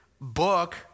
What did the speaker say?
book